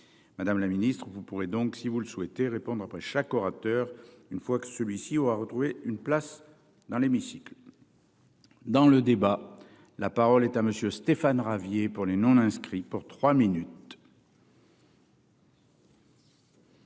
Madame la Ministre vous pourrez donc si vous le souhaitez répondre après chaque orateur. Une fois que celui-ci ou à retrouver une place dans l'hémicycle. Dans le débat. La parole est à monsieur Stéphane Ravier pour les non inscrits pour 3 minutes.